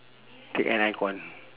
take an icon